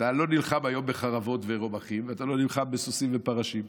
אתה לא נלחם היום בחרבות ורמחים ואתה לא נלחם בסוסים ופרשים,